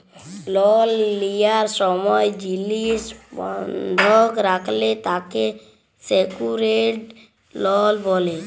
লল লিয়ার সময় জিলিস বন্ধক রাখলে তাকে সেক্যুরেড লল ব্যলে